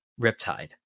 Riptide